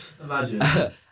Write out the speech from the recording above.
imagine